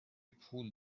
پول